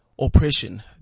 oppression